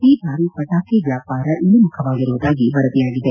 ಈ ಬಾರಿ ಪಟಾಕಿ ವ್ಯಾಪಾರ ಇಳಿಮುಖವಾಗಿರುವುದಾಗಿ ವರದಿಯಾಗಿದೆ